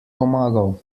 pomagal